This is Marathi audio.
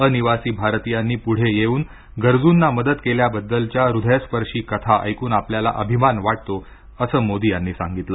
अनिवासी भारतीयांनी पुढे येऊन गरजूंना मदत केल्याबद्दलच्या हृदयस्पर्शी कथा ऐकून आपल्याला अभिमान वाटतो असं मोदी यांनी सांगितलं